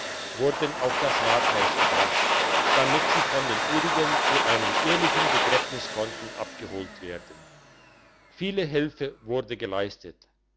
wurden auf das rathaus gebracht damit sie von den ihrigen zu einem ehrlichen begräbnis konnten abgeholt werden viele hilfe wurde geleistet